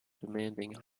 demanding